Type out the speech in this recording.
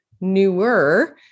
newer